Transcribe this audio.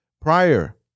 Prior